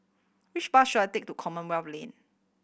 which bus should I take to Commonwealth Lane